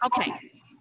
Okay